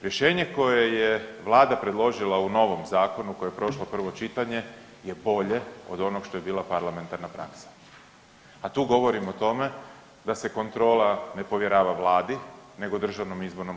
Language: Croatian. Rješenje koje je vlada predložila u novom zakonu koje je prošlo prvo čitanje je bolje od onog što je bila parlamentarna praksa, a tu govorim o tome da se kontrola ne povjerava vladi nego DIP-u.